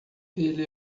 ele